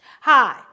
Hi